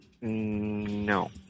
No